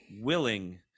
willing